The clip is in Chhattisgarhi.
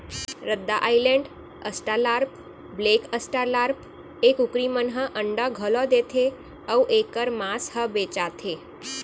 रद्दा आइलैंड, अस्टालार्प, ब्लेक अस्ट्रालार्प ए कुकरी मन ह अंडा घलौ देथे अउ एकर मांस ह बेचाथे